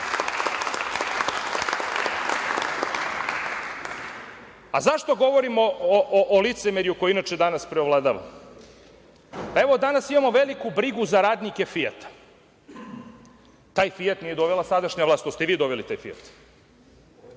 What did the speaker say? govorimo o licemerju koje inače danas preovladava? Danas imamo veliku brigu za radnike „Fijata“. Taj „Fijat“ nije dovela sadašnja vlast. To ste vi doveli taj „Fijat“.